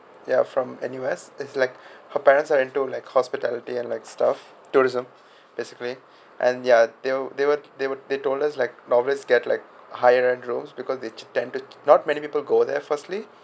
ya from N_U_S is like her parents are into like hospitality and like stuff tourism basically and ya they'll they will they told us like always get like higher end rooms because they tend to not many people go there firstly